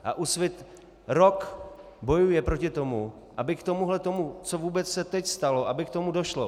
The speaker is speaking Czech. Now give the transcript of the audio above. A Úsvit rok bojuje proti tomu, aby k tomuhle, co vůbec se teď stalo, aby k tomu došlo.